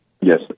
Yes